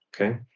Okay